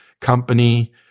company